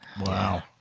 Wow